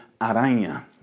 Aranha